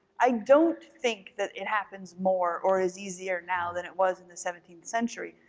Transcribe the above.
i don't think that it happens more or is easier now than it was in the seventeenth century.